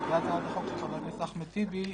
והצעת החוק של חבר הכנסת אחמד טיבי,